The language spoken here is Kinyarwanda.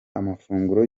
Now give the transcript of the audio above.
amafunguro